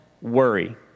worry